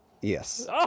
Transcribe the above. Yes